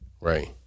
right